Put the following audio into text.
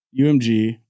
UMG